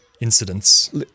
incidents